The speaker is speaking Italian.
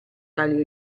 tali